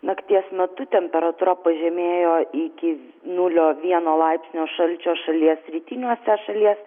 nakties metu temperatūra pažemėjo iki nulio vieno laipsnio šalčio šalies rytiniuose šalies